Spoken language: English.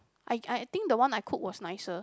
I I think the one I cooked was nicer